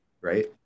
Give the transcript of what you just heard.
right